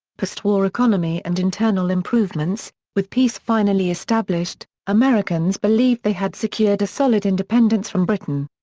postwar economy and internal improvements with peace finally established, americans believed they had secured a solid independence from britain.